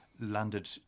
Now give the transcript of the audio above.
landed